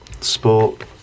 sport